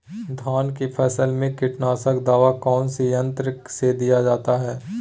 धान की फसल में कीटनाशक दवा कौन सी यंत्र से दिया जाता है?